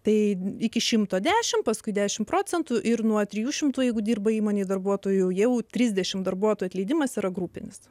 tai iki šimto dešim paskui dešimt procentų ir nuo trijų šimtų jeigu dirba įmonėje darbuotojų jau trisdešim darbuotojų atleidimas yra grupinis